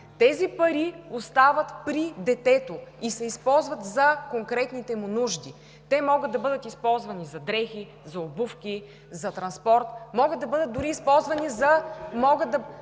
Тези пари остават при детето и се използват за конкретните му нужди. Те могат да бъдат използвани за дрехи, за обувки, за транспорт, могат да бъдат използвани дори